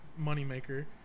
moneymaker